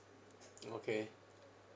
okay